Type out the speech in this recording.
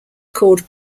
called